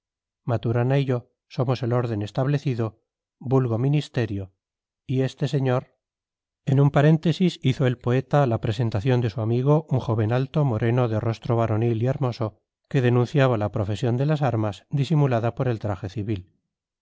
maturana y yo somos el orden establecido vulgo ministerio y este señor en un paréntesis hizo el poeta la presentación de su amigo un joven alto moreno de rostro varonil y hermoso que denunciaba la profesión de las armas disimulada por el traje civil